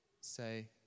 Say